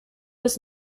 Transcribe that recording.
was